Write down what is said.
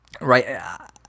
right